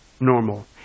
normal